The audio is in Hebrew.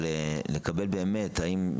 אבל לקבל באמת האם,